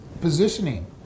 positioning